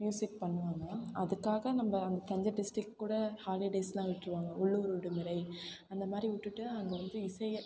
music பண்ணுவாங்க அதுக்காக நம்ம அங்கே தஞ்சை டிஸ்டிக் கூட ஹாலிடேஸ்லாம் விட்டுருவாங்க உள்ளூர் விடுமுறை அந்த மாதிரி விட்டுட்டு அங்கே வந்து இசையை